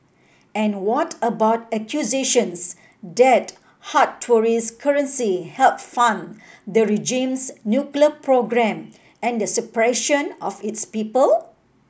and what about accusations that hard tourist currency help fund the regime's nuclear program and the suppression of its people